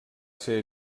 ser